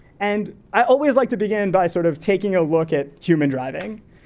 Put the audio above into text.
and i always like to begin by sort of taking a look at human driving.